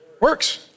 Works